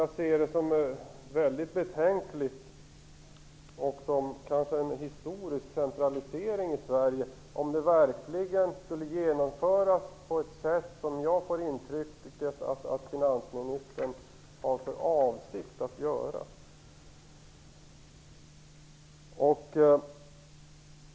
Jag ser det som väldigt betänkligt och som en historisk centralisering i Sverige, om de verkligen skulle genomföras på det sätt som jag får intrycket att finansministern har för avsikt att göra.